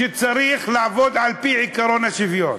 שצריך לעבוד על-פי עקרון השוויון.